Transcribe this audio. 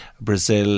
Brazil